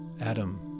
Adam